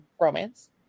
romance